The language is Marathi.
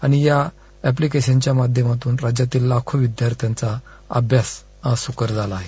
आणि या ऍप्लिकेशनच्या माध्यमातून राज्यातील लाखो विद्यार्थ्यांचा अभ्यास हा सुखर झाला आहे